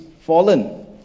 fallen